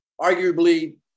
Arguably